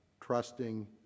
trusting